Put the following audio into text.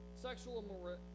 sexual